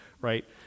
right